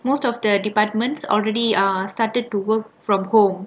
most of the departments already uh started to work from home